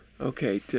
okay